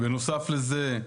בנוסף לזה,